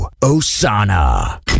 Osana